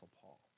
Paul